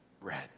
red